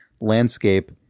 landscape